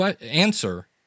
answer